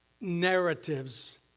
narratives